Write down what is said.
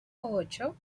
ocho